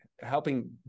helping